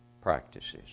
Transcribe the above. practices